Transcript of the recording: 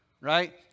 right